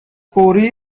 فوری